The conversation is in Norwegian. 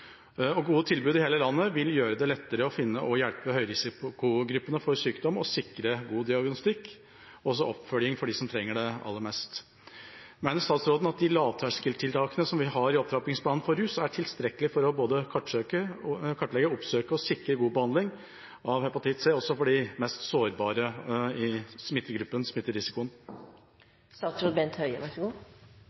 og gode tilbud i hele landet vil gjøre det lettere å finne og hjelpe høyrisikogruppene for sykdom og sikre god diagnostikk og oppfølging for dem som trenger det aller mest. Mener statsråden at de lavterskeltiltakene som vi har i opptrappingsplanen for rusfeltet, er tilstrekkelige for både å kartlegge, oppsøke og sikre god behandling av hepatitt C, også for de mest sårbare i